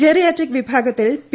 geriatric വിഭാഗത്തിൽ P